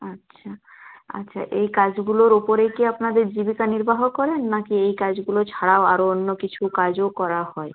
আচ্ছা আচ্ছা এই কাজগুলোর ওপরে কি আপনাদের জীবিকা নির্বাহ করেন নাকি এই কাজগুলো ছাড়াও আরও অন্য কিছু কাজও করা হয়